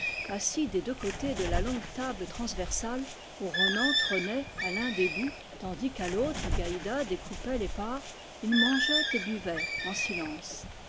assis des deux côtés de la longue table transversale où ronan trônait à l'un des bouts tandis qu'à l'autre gaïda découpait les parts ils mangeaient et buvaient en silence